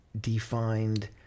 defined